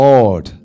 Lord